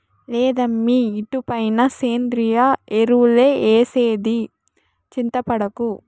లేదమ్మీ ఇటుపైన సేంద్రియ ఎరువులే ఏసేది చింతపడకు